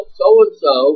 so-and-so